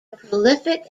prolific